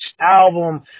album